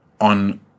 on